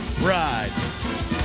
ride